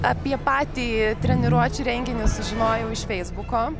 apie patį treniruočių renginį sužinojau iš feisbuko